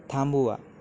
थांबवा